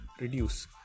reduce